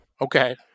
Okay